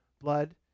blood